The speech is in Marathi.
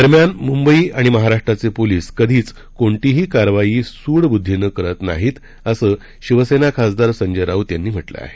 दरम्यान मुंबई आणि महाराष्ट्राचे पोलीस कधीच कोणतीही कारवाई सूड वृत्तीने करत नाहीत असं शिवसेना खासदार संजय राऊत यांनी म्हटलं आहे